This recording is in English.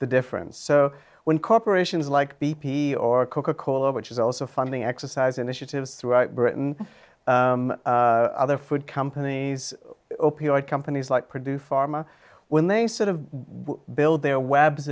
the difference so when corporations like b p or coca cola which is also funding exercise initiatives throughout britain other food companies opioid companies like produce pharma when they sort of build their webs